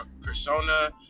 persona